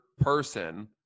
person